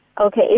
Okay